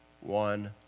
one